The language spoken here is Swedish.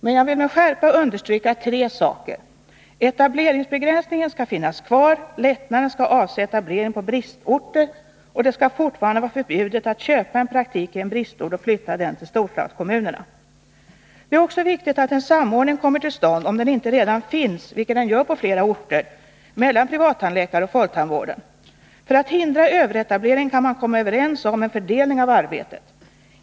Men jag vill dock med skärpa understryka tre saker: etableringsbegränsningen bör finnas kvar, lättnaderna skall avse etablering på bristorter och det skall fortfarande vara förbjudet att köpa en praktik i en bristort och flytta den till storstadskommunerna. Det är också viktigt att en samordning kommer till stånd — om den inte redan finns, vilket är fallet på flera orter — mellan privattandläkare och folktandvården. För att hindra överetablering kan man komma överens om en fördelning av arbetet.